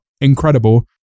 incredible